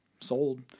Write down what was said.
Sold